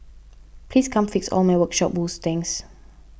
please come fix all my workshop woes thanks